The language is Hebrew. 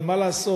אבל מה לעשות?